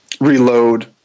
reload